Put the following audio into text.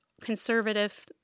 conservative